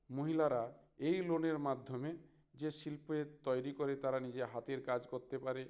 মহিলারা এই লোনের মাধ্যমে যে শিল্পের তৈরি করে তারা নিজে হাতের কাজ করতে পারে